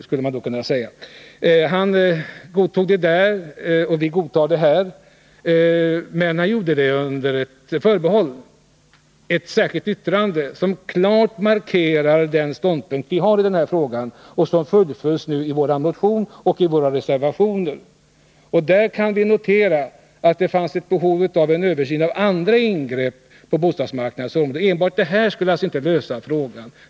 Paul Jansson godtog det då — och vi godtar det nu — men han gjorde det under ett förbehåll, ett särskilt yttrande, som klart markerar den ståndpunkt vi har i denna fråga och som nu fullföljs i vår motion och i våra reservationer. I det sammanhanget kan vi notera att det fanns behov av en översyn och av andra ingrepp på bostadsmarknaden. Enbart den här åtgärden skulle alltså inte lösa frågan.